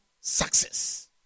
success